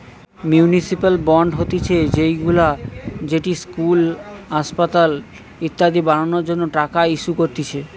municipal bond হতিছে সেইগুলা যেটি ইস্কুল, আসপাতাল ইত্যাদি বানানোর জন্য টাকা ইস্যু করতিছে